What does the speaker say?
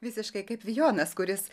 visiškai kaip vijonas kuris